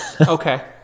Okay